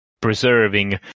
preserving